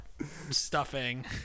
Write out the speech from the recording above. stuffing